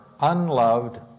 unloved